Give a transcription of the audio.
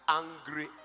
angry